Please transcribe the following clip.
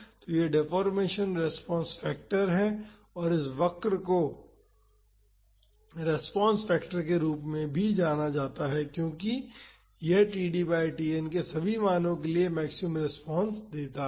तो यह deformation response factor है और इस वक्र को रेस्पॉन्स फैक्टर के रूप में भी जाना जाता है क्योंकि यह td बाई Tn के सभी मानों के लिए मैक्सिमम रेस्पॉन्स देता है